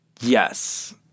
Yes